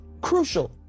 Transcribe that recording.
crucial